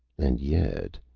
and yet.